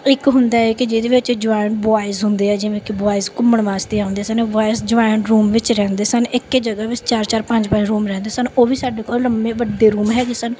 ਇੱਕ ਹੁੰਦਾ ਹੈ ਕਿ ਜਿਹਦੇ ਵਿੱਚ ਜੁਆਇੰਟ ਬੋਆਇਜ਼ ਹੁੰਦੇ ਹੈ ਜਿਵੇਂ ਕਿ ਬੋਆਇਜ਼ ਘੁੰਮਣ ਵਾਸਤੇ ਆਉਂਦੇ ਸਨ ਬੋਆਇਜ਼ ਜੁਆਇੰਟ ਰੂਮ ਵਿੱਚ ਰਹਿੰਦੇ ਸਨ ਇੱਕ ਜਗ੍ਹਾ ਵਿੱਚ ਚਾਰ ਚਾਰ ਪੰਜ ਪੰਜ ਰੂਮ ਰਹਿੰਦੇ ਸਨ ਉਹ ਵੀ ਸਾਡੇ ਕੋਲ ਲੰਮੇ ਵੱਡੇ ਰੂਮ ਹੈਗੇ ਸਨ